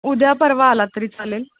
उद्या परवा आला तरी चालेल